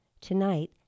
Tonight